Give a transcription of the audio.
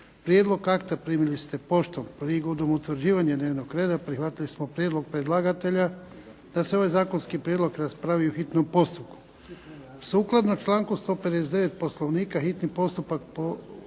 Prijedlog akta primili ste poštom. Prigodom utvrđivanja dnevnog reda prihvatili smo prijedlog predlagatelja da se ovaj zakonski prijedlog raspravi u hitnom postupku. Sukladno članku 159. Poslovnika hitni postupak